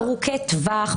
ארוכי טווח,